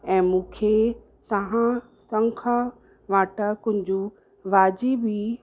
ऐं मूंखे तव्हां तंखा वाटा कुंजु वाजिबी